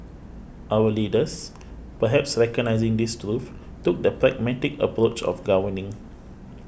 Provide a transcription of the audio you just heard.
our leaders perhaps recognising this truth took the pragmatic approach of governing